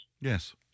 Yes